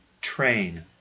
train